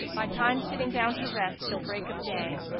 bytimes sitting down to rest till break of day,